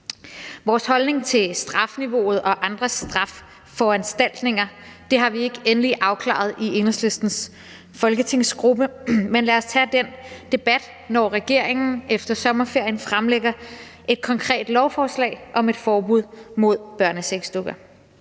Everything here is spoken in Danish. Vores holdning til strafniveauet og andre straffeforanstaltninger har vi ikke endeligt afklaret i Enhedslistens folketingsgruppe, men lad os tage den debat, når regeringen efter sommerferien fremsætter et konkret lovforslag om et forbud mod børnesexdukker.